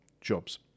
jobs